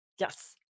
Yes